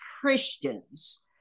Christians